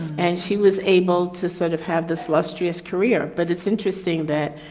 and she was able to sort of have this illustrious career. but it's interesting that